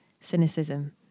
cynicism